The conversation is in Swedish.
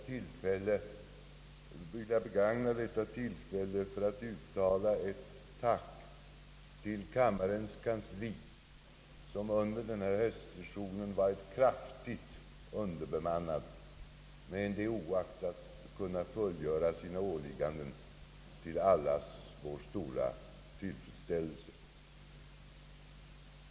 Jag skulle vilja begagna detta tillfälle att uttala ett tack till kammarens kansli, som under denna höstsession varit kraftigt underbemannat men det oaktat kunnat fullgöra sina åligganden till allas vår stora tillfredsställelse.